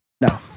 No